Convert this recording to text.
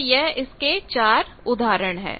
तो यह इसके चार उदाहरण है